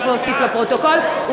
שצריך להוסיף לפרוטוקול, אני בעד.